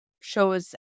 shows